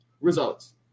results